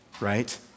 right